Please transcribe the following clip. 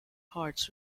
hearts